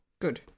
good